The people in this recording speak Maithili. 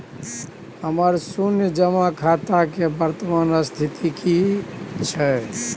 हमर शुन्य जमा खाता के वर्तमान स्थिति की छै?